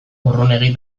urrunegi